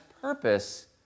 purpose